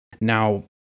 now